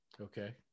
Okay